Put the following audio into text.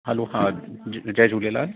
hello हे हा ज जय झूलेलाल